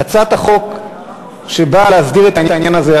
הצעת החוק שבאה להסדיר את העניין הזה.